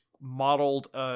modeled